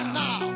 now